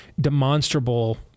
demonstrable